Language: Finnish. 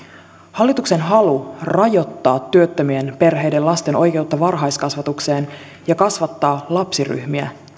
hallituksen halu rajoittaa työttömien perheiden lasten oikeutta varhaiskasvatukseen ja kasvattaa lapsiryhmiä